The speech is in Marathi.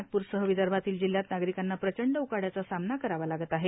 नागपूरसह विदर्भातील जिल्ह्यात नागरिकांना प्रचंड उकाड्याचा सामना करावा लागत आहे